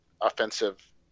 offensive